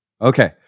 Okay